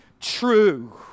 true